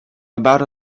about